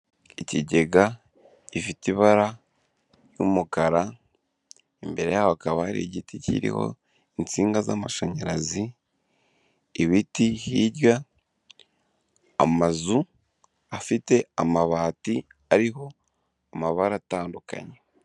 Ikigega gifite ibara ry'umukara, imbere yaho hakaba hari igiti kiriho insinga z'amashanyarazi, ibiti hirya, amazu afite amabati ariho amabara atandukanye.